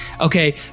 Okay